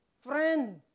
friend